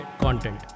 content